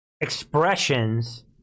expressions